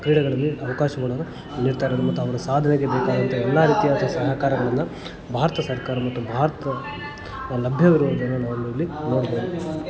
ಕ್ರೀಡೆಗಳಲ್ಲಿ ಅವ್ಕಾಶಗಳನ್ನ ನೀಡ್ತಾ ಇರೋದು ಮತ್ತು ಅವರ ಸಾಧನೆಗೆ ಬೇಕಾದಂಥ ಎಲ್ಲ ರೀತಿಯಾದ ಸಹಕಾರಗಳನ್ನ ಭಾರತ ಸರ್ಕಾರ ಮತ್ತು ಭಾರತ ಲಭ್ಯವಿರೋದನ್ನು ನಾವಿಂದು ಇಲ್ಲಿ ನೋಡ್ಬೋದು